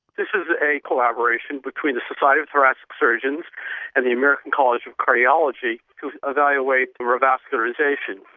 this is a collaboration between the society of thoracic surgeons and the american college of cardiology to evaluate revascularisation.